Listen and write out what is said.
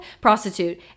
prostitute